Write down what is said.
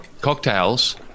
cocktails